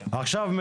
לו?